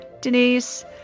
Denise